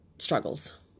Struggles